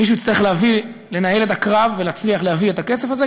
מישהו יצטרך לנהל את הקרב ולהצליח להביא את הכסף הזה,